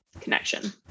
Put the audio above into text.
connection